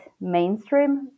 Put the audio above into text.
mainstream